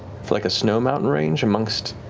for like a snow mountain range amongst